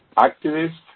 activists